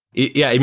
yeah. i mean,